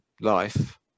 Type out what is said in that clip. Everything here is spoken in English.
life